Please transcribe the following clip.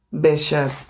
Bishop